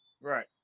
Right